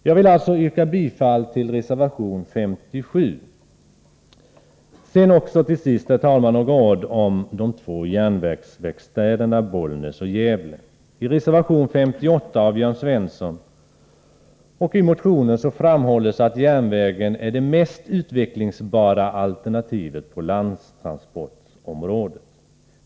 Jag yrkar bifall till reservation 57. Till sist, herr talman, vill jag säga några ord om de två järnvägsverkstäderna i Bollnäs och Gävle. I reservation 58 av Jörn Svensson och i motionen framhålles att järnvägen är det mest utvecklingsbara alternativet på landtransportområdet.